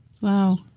Wow